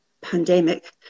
pandemic